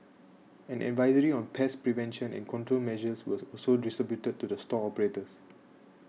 an advisory on pest prevention and control measures was also distributed to the store operators